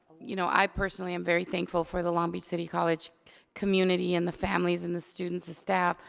you know i personally am very thankful for the long beach city college community and the families, and the students and staff.